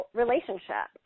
relationship